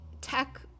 tech